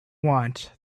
want